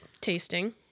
tasting